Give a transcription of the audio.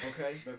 okay